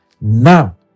now